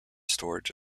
storage